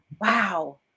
wow